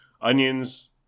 Onions